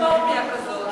אוטונומיה כזאת.